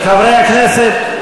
חברי הכנסת,